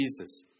Jesus